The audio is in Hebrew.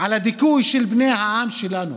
על הדיכוי של בני העם שלנו,